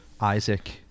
Isaac